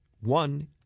one